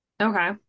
Okay